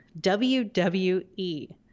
WWE